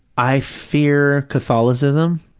i fear catholicism.